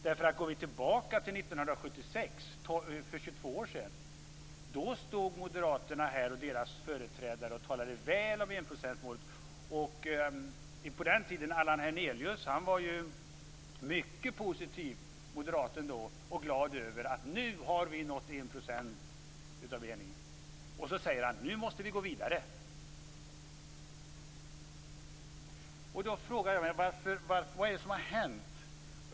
Om vi går tillbaka till 1976, alltså för 22 år sedan, stod Moderaterna och deras företrädare här och talade väl om enprocentsmålet. Moderaten Allan Hernelius var på den tiden mycket positiv och sade att han var glad över att man nått en procent av BNI, och att man måste gå vidare. Jag frågar mig vad det är som har hänt.